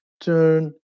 turn